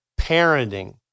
parenting